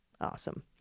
Awesome